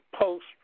post